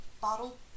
bottle